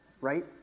right